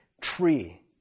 tree